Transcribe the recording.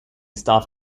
staff